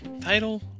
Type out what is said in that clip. title